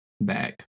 back